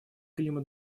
климат